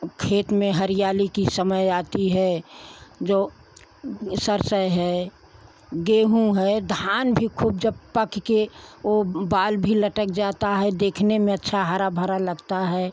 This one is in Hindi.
औ खेत में हरियाली की समय आती है जो सरसो है गेहूँ है धान भी खुब जब पककर ओ बाल भी लटक जाता है देखने में अच्छा हरा भरा लगता है